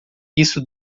isso